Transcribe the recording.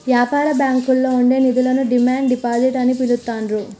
యాపార బ్యాంకుల్లో ఉండే నిధులను డిమాండ్ డిపాజిట్ అని పిలుత్తాండ్రు